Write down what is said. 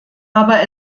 aber